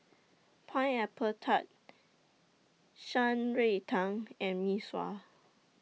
Pineapple Tart Shan Rui Tang and Mee Sua